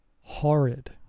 horrid